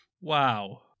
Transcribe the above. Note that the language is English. Wow